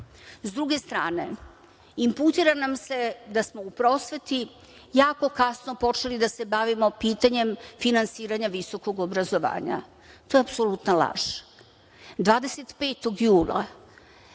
druge strane, imputira nam se da smo u prosveti jako kasno počeli da se bavimo pitanjem finansiranja visokog obrazovanja. To je apsolutna laž. Dana 25. jula,